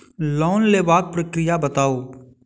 Loan लेबाक प्रक्रिया बताऊ?